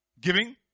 giving